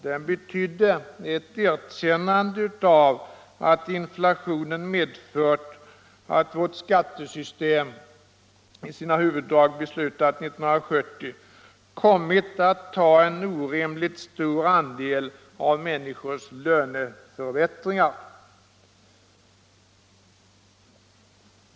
Den innebar ett erkännande av att inflationen medfört att vårt skattesystem — i sina huvuddrag beslutat 1970 — kommit att ta en orimligt stor andel av människors löneförbättringar.